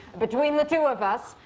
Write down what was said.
between the two of us,